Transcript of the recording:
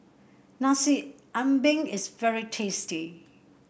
Nasi Ambeng is very tasty